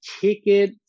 ticket